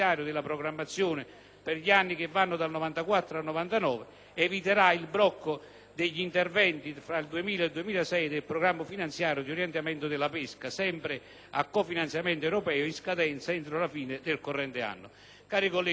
per gli anni dal 1994 al 1999, eviterà il blocco degli interventi fra il 2000 e il 2006 del Programma strumento finanziario di orientamento della pesca, sempre a cofinanziamento europeo e in scadenza entro la fine del corrente anno.